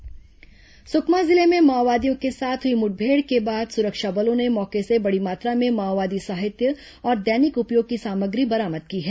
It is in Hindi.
माओवादी मुठभेड़ सुकमा जिले में माओवादियों के साथ हुई मुठभेड़ के बाद सुरक्षा बलों ने मौके से बड़ी मात्रा में माओवादी साहित्य और दैनिक उपयोग की सामग्री बरामद की है